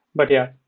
but yeah,